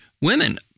women